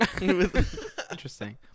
Interesting